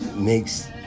makes